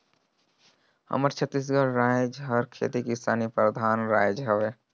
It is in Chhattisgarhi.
हमर छत्तीसगढ़ राएज हर खेती किसानी परधान राएज हवे